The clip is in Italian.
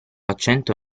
accento